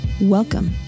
Welcome